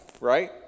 right